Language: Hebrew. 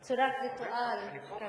בצורת ריטואל שכזה.